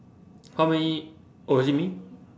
how many oh is it me